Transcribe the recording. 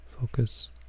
Focus